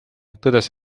tõdes